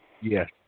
Yes